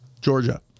Georgia